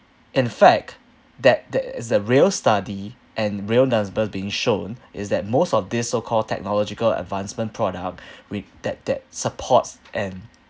in fact that there is a real study and real numbers being shown is that most of these so-called technological advancement product we that that supports and